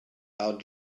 out